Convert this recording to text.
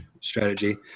strategy